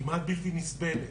כמעט בלתי נסבלת.